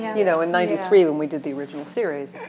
you know in ninety three when we did the original series,